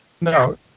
No